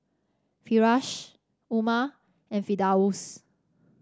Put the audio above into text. Firash Umar and Firdaus